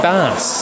Bass